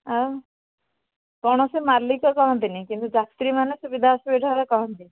ଆଉ କୌଣସି ମାଲିକ କହନ୍ତି ନାହିଁ କିନ୍ତୁ ଯାତ୍ରୀମାନେ ସୁବିଧା ଅସୁବିଧା ହେଲେ କୁହନ୍ତି